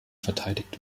verteidigt